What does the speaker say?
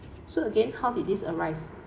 so again how did this arise